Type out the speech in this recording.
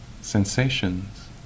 sensations